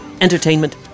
entertainment